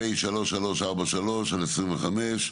פ/3343/25,